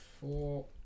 four